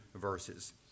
verses